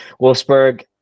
Wolfsburg